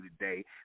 today